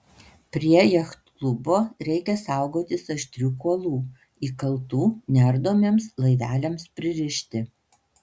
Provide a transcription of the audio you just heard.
prie jachtklubo reikia saugotis aštrių kuolų įkaltų neardomiems laiveliams pririšti